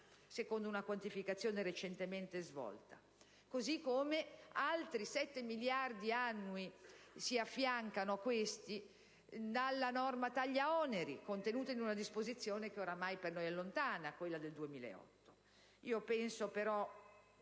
secondo una quantificazione recentemente svolta. Altri 7 miliardi annui si affiancano a questi dalla norma taglia-oneri, contenuta in una disposizione ormai per noi lontana, quella del 2008.